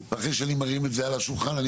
אחרי שאני מרים את זה על השולחן אני